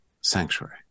sanctuary